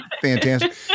fantastic